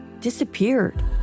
disappeared